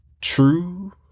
true